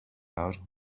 out